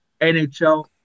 NHL